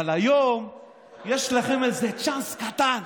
אבל היום יש לכם איזה צ'אנס קטן,